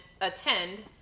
attend